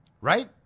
right